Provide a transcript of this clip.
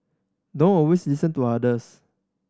don't always listen to others